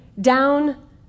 down